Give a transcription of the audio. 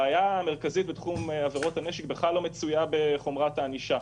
הבעיה המרכזית בתחום עבירות הנשק בכלל לא מצויה בחומרת הענישה.